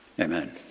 Amen